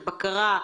בקרה,